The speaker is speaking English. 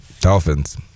Dolphins